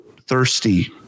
thirsty